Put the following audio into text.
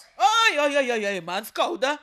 oi oi oi oi man skauda